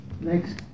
Next